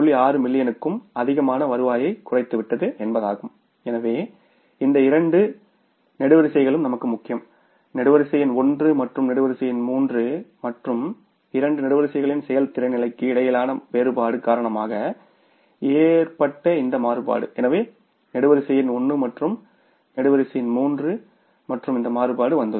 6 மில்லியனுக்கும் அதிகமான வருவாயைக் குறைத்துவிட்டது என்பதாகும் எனவே இந்த இரண்டு நெடுவரிசைகளும் நமக்கு முக்கியம் நெடுவரிசை எண் 1 மற்றும் நெடுவரிசை எண் 3 மற்றும் இரண்டு நெடுவரிசைகளின் செயல்திறன் நிலைக்கு இடையிலான வேறுபாடு காரணமாக ஏற்பட்ட இந்த மாறுபாடு எனவே நெடுவரிசை எண் 1 மற்றும் நெடுவரிசை எண் 3 மற்றும் இந்த மாறுபாடு வந்துள்ளன